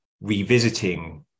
revisiting